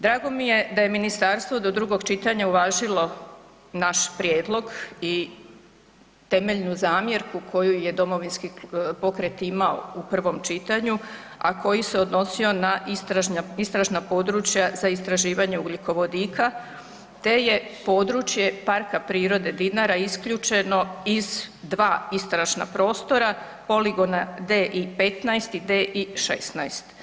Drago mi je da je ministarstvo do drugog čitanja uvažilo naš prijedlog i temeljnu zamjerku koju je Domovinski pokret imao u prvom čitanju, a koji se odnosio na istražna područja za istraživanje ugljikovodika te je područje PP Dinara isključeno iz 2 istražna prostora, poligona DI-15 i DI-16.